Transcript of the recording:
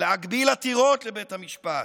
להגביל עתירות לבית המשפט